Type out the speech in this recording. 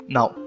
Now